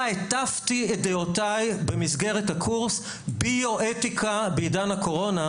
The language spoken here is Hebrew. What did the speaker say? הטפתי את דעותיי במסגרת הקורס ביו-אתיקה בעידן הקורונה,